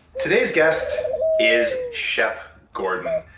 today's guest is shep gordon.